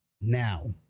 Now